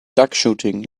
duckshooting